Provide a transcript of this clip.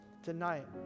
tonight